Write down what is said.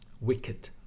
wicked